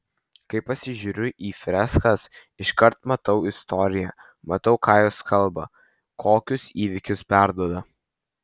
kai pasižiūriu į freskas iškart matau istoriją matau ką jos kalba kokius įvykius perduoda